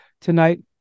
tonight